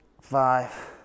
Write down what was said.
five